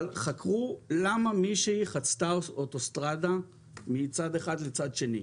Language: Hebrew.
חקרו מדוע מישהי חצתה אוטוסטרדה מצד אחד לצד שני.